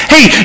Hey